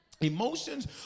Emotions